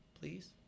please